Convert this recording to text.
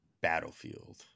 Battlefield